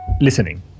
listening